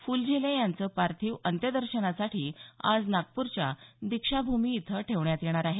फुलझेले यांचं पार्थिव अंत्यदर्शनासाठी आज नागपूरच्या दीक्षाभूमी इथं ठेवण्यात येणार आहे